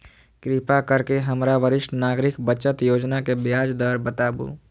कृपा करके हमरा वरिष्ठ नागरिक बचत योजना के ब्याज दर बताबू